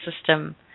system